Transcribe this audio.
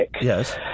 Yes